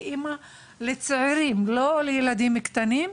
כאמא לצעירים שהם כבר לא ילדים קטנים,